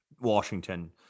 Washington